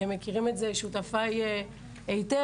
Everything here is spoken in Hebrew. מכירים את זה שותפיי היטב,